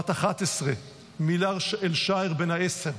בת 11, מילאד שאער, בן עשר,